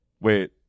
wait